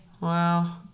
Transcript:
Wow